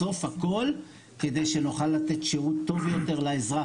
בסוף הכל כדי שנוכל לתת שירות טוב יותר לאזרח.